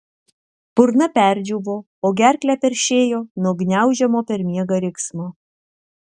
burna perdžiūvo o gerklę peršėjo nuo gniaužiamo per miegą riksmo